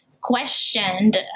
questioned